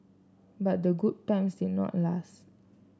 but the good times did not last